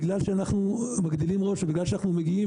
בגלל שאנחנו מגדילים ראש ובגלל שאנחנו מגיעים